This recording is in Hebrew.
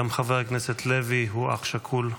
גם חבר הכנסת לוי הוא אח שכול,